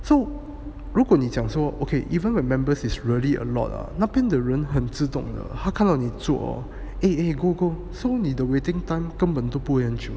so 如果你讲说 okay even when members is really a lot ah 那边的人很自动的他看到你做 hor eh eh go go so 你的 waiting time 根本都不会很久